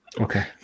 Okay